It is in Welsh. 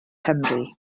cymru